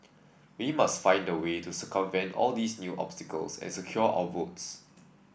we must find a way to circumvent all these new obstacles and secure our votes